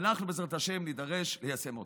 ואנחנו בעזרת השם נידרש ליישם אותם.